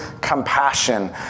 compassion